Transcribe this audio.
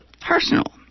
personal